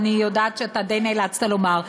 ואני יודעת שאתה די נאלצת לומר,